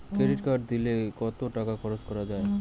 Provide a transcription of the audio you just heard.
Credit কার্ডে দিনে কত টাকা খরচ করা যাবে?